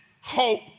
hope